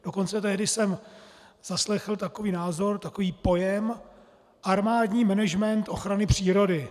Dokonce tehdy jsem zaslechl takový názor, takový pojem armádní management ochrany přírody.